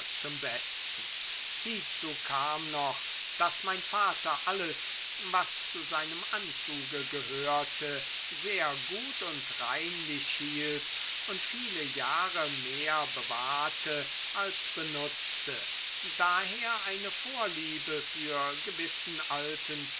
zum besten hiezu kam noch daß mein vater alles was zu seinem anzuge gehörte sehr gut und reinlich hielt und viele jahre mehr bewahrte als benutzte daher eine vorliebe für gewissen alten